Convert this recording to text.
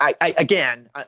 Again